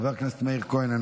חבר הכנסת מאיר כהן,